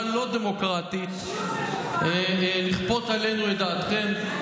אדוני, בצורה לא דמוקרטית, לכפות עלינו את דעתכם.